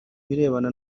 birebana